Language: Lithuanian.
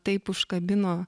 taip užkabino